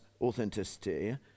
authenticity